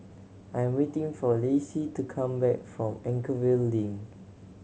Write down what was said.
I'm waiting for Lacey to come back from Anchorvale Link